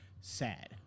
sad